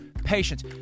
patience